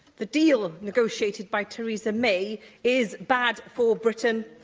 the deal negotiated by theresa may is bad for britain,